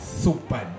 super